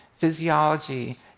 physiology